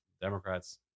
Democrats